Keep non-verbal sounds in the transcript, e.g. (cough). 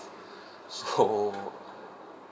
(breath) so